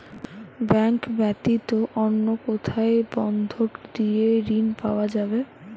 Bank ব্যাতীত অন্য কোথায় বন্ধক দিয়ে ঋন পাওয়া যাবে?